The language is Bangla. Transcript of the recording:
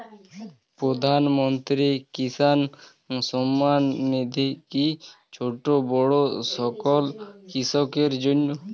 প্রধানমন্ত্রী কিষান সম্মান নিধি কি ছোটো বড়ো সকল কৃষকের জন্য?